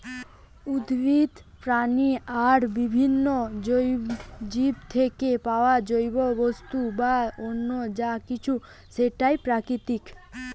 উদ্ভিদ, প্রাণী আর বিভিন্ন জীব থিকে পায়া জৈব বস্তু বা অন্য যা কিছু সেটাই প্রাকৃতিক